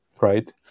right